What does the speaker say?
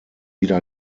wieder